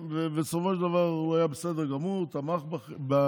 ובסופו של דבר הוא היה בסדר גמור, תמך בקואליציה,